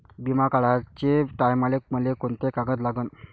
बिमा काढाचे टायमाले मले कोंते कागद लागन?